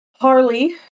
Harley